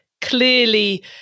clearly